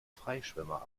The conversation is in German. freischwimmer